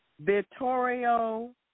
Vittorio